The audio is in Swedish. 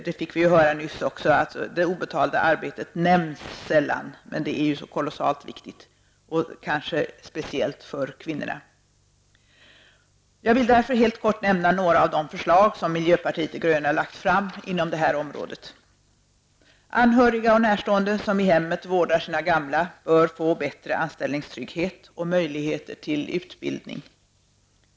Vi fick också alldeles nyss höra att det obetalda arbetet sällan nämns, trots att det är så kolossalt viktigt, kanske speciellt för kvinnorna. Jag vill helt kort nämna några av de förslag som miljöpartiet de gröna har lagt fram inom detta område. Anhöriga och närstående som i hemmet vårdar sina gamla bör få bättre anställningstrygghet och möjlighet till utbildning.